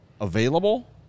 available